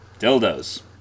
Dildos